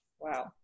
wow